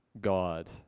God